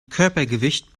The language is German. körpergewicht